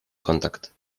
kontakt